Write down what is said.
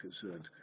concerned